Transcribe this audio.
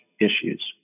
issues